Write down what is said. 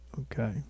Okay